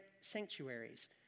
sanctuaries